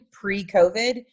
pre-COVID